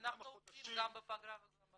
ניתן כמה חודשים --- אנחנו עובדים גם בפגרה וגם בחגים.